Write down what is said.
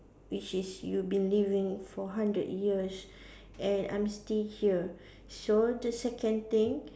which is you've been living for hundred years and I'm still here so the second thing